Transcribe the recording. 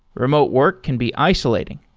remote work can be isolating.